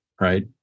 right